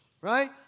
right